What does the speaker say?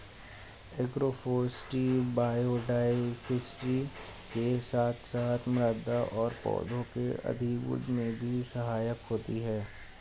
agroforestry biodiversity के साथ साथ मृदा और पौधों के अभिवृद्धि में भी सहायक होती है